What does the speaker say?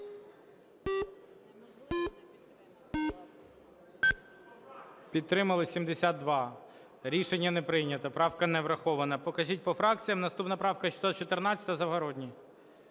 Підтримали 72. Рішення не прийнято. Правка не врахована. Покажіть по фракціях. Наступна правка 614, Завгородній.